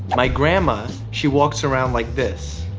my grandma, she walks around like this,